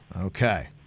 Okay